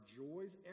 joys